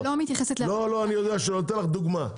אני נותן לך דוגמה.